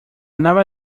nave